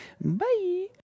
Bye